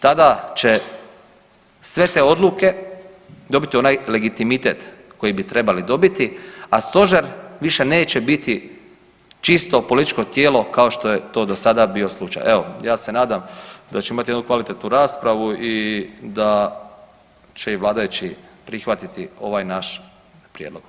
Tada će sve te odluke dobiti onaj legitimitet koji bi trebale dobiti, a Stožer više neće biti čisto političko tijelo kao što je to do sada bio slučaj, evo, ja se nadam da ćemo imati jednu kvalitetnu raspravu i da će i vladajući prihvatiti ovaj naš prijedlog.